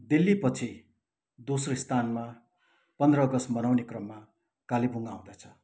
दिल्लीपछि दोस्रो स्थानमा पन्ध्र अगस्ट मनाउने क्रममा कालेबुङ आउँदछ